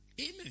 Amen